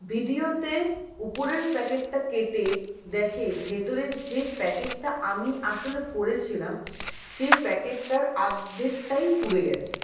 ভিডিওতে ওপরের প্যাকেটটা কেটে দেখে ভেতরে যে প্যাকেটটা আমি আসলে করেছিলাম সেই প্যাকেটটার আদ্ধেকটাই পুড়ে গেছে